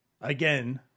Again